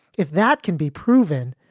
if that can be proven,